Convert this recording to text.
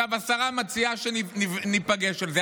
השרה מציעה שניפגש על זה.